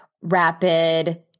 rapid